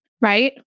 right